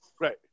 Right